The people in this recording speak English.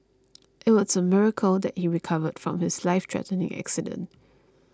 it was a miracle that he recovered from his life threatening accident